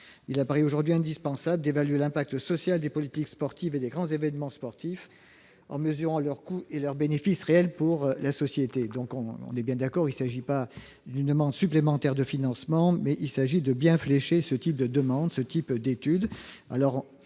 Il apparaît aujourd'hui indispensable d'évaluer l'impact social des politiques sportives et des grands événements sportifs en mesurant leurs coûts et leurs bénéfices réels pour la société. Il ne s'agit pas d'une demande supplémentaire de financement : je souhaite simplement flécher ce type d'études.